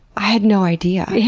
i had no idea.